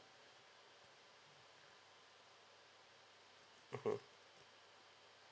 mmhmm